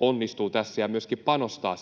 onnistuvat tässä ja myöskin panostavat